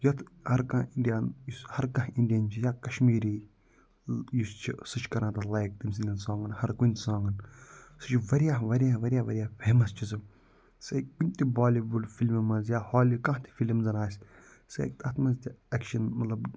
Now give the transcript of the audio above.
یَتھ ہر کانٛہہ اِنٛڈِیَن یُس ہر کانٛہہ اِنڈِیَن چھِ یا کَشمیٖری یُس چھِ سُہ چھِ کران تَتھ لایِق تٔمۍ سٔنٛدیٚن سانٛگَن ہر کُنہِ سانٛگَن سُہ چھِ واریاہ واریاہ واریاہ واریاہ فٮ۪مَس چھِ سُہ سُہ ہٮ۪کہِ کُنہِ تہِ بالی وُڈ فِلمہِ منٛز یا ہالی کانٛہہ تہِ فِلِم زَنہٕ آسہِ سُہ ہٮ۪کہِ تَتھ منٛز تہِ اٮ۪کشَن مطلب